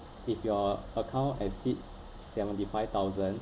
if your account exceed seventy five thousand